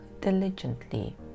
diligently